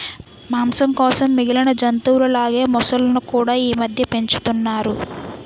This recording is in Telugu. మాంసం కోసం మిగిలిన జంతువుల లాగే మొసళ్ళును కూడా ఈమధ్య పెంచుతున్నారు